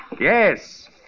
Yes